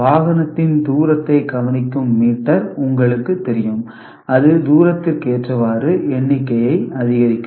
வாகனத்தின் தூரத்தை கவனிக்கும் மீட்டர் உங்களுக்கு தெரியும் அது தூரத்திற்கு ஏற்றவாறு எண்ணிக்கையை அதிகரிக்கும்